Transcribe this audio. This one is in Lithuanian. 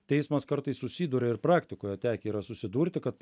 teismas kartais susiduria ir praktikoje tekę yra susidurti kad